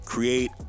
Create